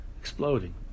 exploding